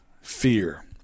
fear